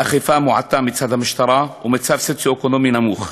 אכיפה מועטה מצד המשטרה ומצב סוציו-אקונומי נמוך,